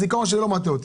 הזיכרון שלי לא מטעה אותי.